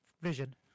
Vision